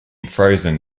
frozen